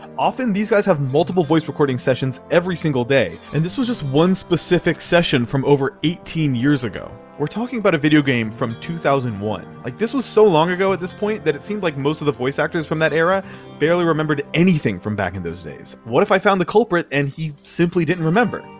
often, these guys have multiple voice recording sessions every single day, and this was just one specific session from over eighteen years ago. we're talking about a video game from two thousand and one. like this was so long ago at this point that it seemed like most of the voice actors from that era barely remembered anything from back in those days. what if i found the culprit and he simply didn't remember?